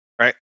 right